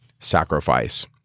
sacrifice